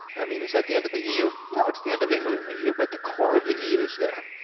i mean, is that the end of the eu? no, it's the end of england in the eu, but the core of the eu is there.